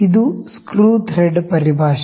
ಇದು screw thread ಪರಿಭಾಷೆ